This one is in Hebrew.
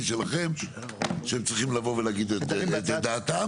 שלכם שהם צריכים לבוא ולהגיד את דעתם.